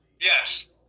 Yes